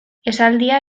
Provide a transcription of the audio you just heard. esaldia